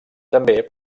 també